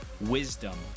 wisdom